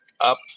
up